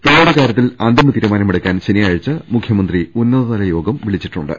പിഴ യുടെ കാര്യത്തിൽ അന്തിമതീരുമാനമെടുക്കാൻ ശനിയാഴ്ച്ച മൂഖ്യ മന്ത്രി ഉന്നതതലയോഗം വിളിച്ചിട്ടുണ്ട്